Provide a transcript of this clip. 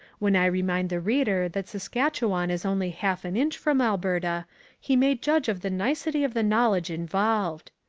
when i remind the reader that saskatchewan is only half an inch from alberta he may judge of the nicety of the knowledge involved.